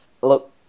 Look